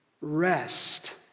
Rest